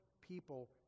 people